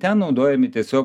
ten naudojami tiesiog